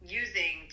using